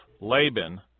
Laban